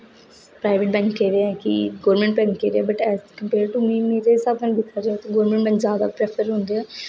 private बैंकें दा एह् ऐ कि गौरमेंट बैंकें दा what as a compare to me जिस स्हाबै कन्नै दिक्खेआ जाए ते वूमन जादा प्रेफर होंदी ऐ